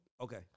okay